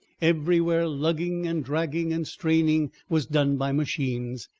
everywhere lugging and dragging and straining was done by machines,